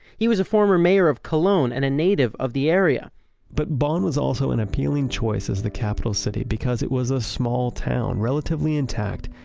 he was the former mayor of cologne and a native of the area but bonn was also an appealing choice as the capital city because it was a small town, relatively intact,